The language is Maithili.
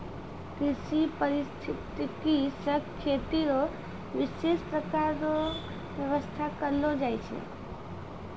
कृषि परिस्थितिकी से खेती रो विशेष प्रकार रो व्यबस्था करलो जाय छै